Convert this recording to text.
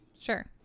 Sure